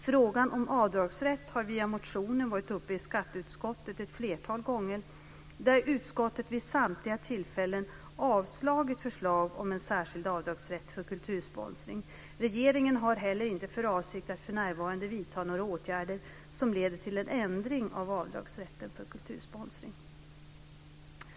Frågan om avdragsrätt har via motioner varit uppe i skatteutskottet ett flertal gånger, där utskottet vid samtliga tillfällen avslagit förslag om en särskild avdragsrätt för kultursponsring. Regeringen har heller inte för avsikt att för närvarande vidta några åtgärder som leder till en ändring av avdragsrätten för kultursponsring.